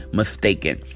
mistaken